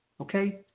Okay